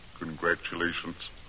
Congratulations